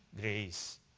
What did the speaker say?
grace